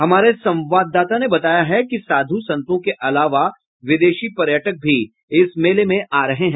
हमारे संवाददाता ने बताया है कि साधु संतों के अलावा विदेशी पर्यटक भी इस मेले में आ रहे हैं